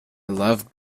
loved